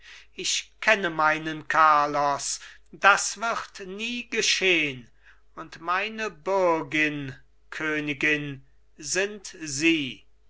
ich kenne meinen carlos das wird nie geschehn und meine bürgin königin sind sie